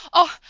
oh,